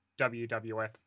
WWF